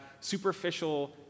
superficial